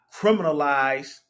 criminalize